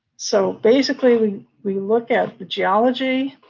so basically, we look at the geology,